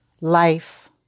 life